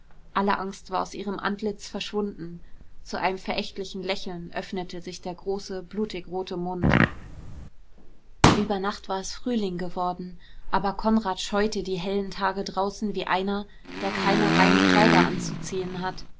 alle angst war aus ihrem antlitz verschwunden zu einem verächtlichen lächeln öffnete sich der große blutigrote mund über nacht war es frühling geworden aber konrad scheute die hellen tage draußen wie einer der keine reinen kleider anzuziehen hat